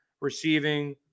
receiving